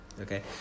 Okay